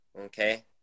okay